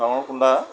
ডাঙৰ কুন্দা